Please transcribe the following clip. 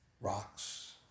rocks